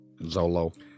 Zolo